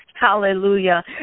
Hallelujah